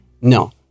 No